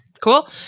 Cool